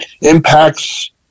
impacts